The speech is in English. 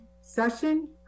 session